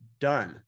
done